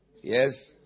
Yes